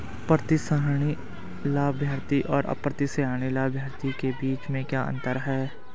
प्रतिसंहरणीय लाभार्थी और अप्रतिसंहरणीय लाभार्थी के बीच क्या अंतर है?